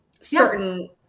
certain